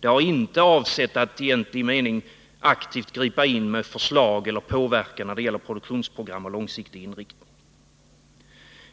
'Det var inte avsett att man i egentlig mening aktivt skulle gripa in med förslag eller påverkan när det gällde produktionsprogram och långsiktig inriktning.